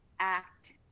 act